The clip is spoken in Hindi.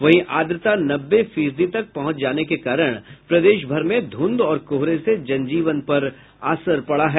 वहीं आर्द्रता नब्बे फीसदी तक पहुंच जाने के कारण प्रदेश भर में धूंध और कोहरे से जनजीवन पर असर पड़ा है